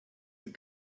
that